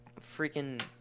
Freaking